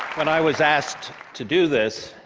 when i was asked to do this,